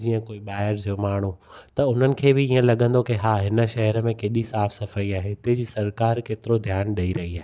जीअं कोई ॿाहिरि जो माण्हू त हुननि खे बि ईअं लॻंदो कि हा हिन शहर में केॾी साफ़ु सफ़ाई आहे हिते जी सरकार केतिरो ध्यानु ॾई रही आहे